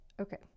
Okay